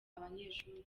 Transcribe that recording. abanyeshuri